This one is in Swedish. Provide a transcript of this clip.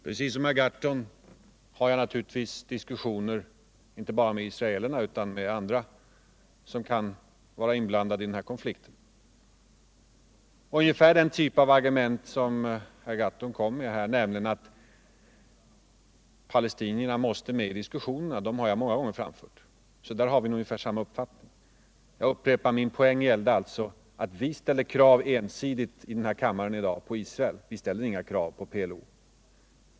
Herr talman! Precis som herr Gahrton har jag naturligtvis diskussioner inte bara med israelerna utan med andra som är inblandade i den här konflikten. Ungefär den typ av argument som herr Gahrton kom med här, nämligen att palestinierna måste med i diskussionerna, har jag många gånger framfört. Där har vi ungefär samma uppfattning. Jag upprepar att min poäng gällde att vi i denna kammare i dag ensidigt ställer krav på Israel. Men vi ställer inga krav på PLO.